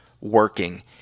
working